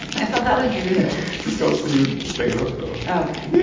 i thought that was dru hill sisqo, so he was singing the hook, though ok yeah